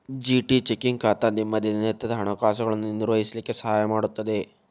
GT checking ಖಾತಾ ನಿಮ್ಮ ದಿನನಿತ್ಯದ ಹಣಕಾಸುಗಳನ್ನು ನಿರ್ವಹಿಸ್ಲಿಕ್ಕೆ ಸಹಾಯ ಮಾಡುತ್ತದೆ